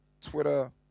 Twitter